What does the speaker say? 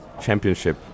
Championship